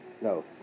No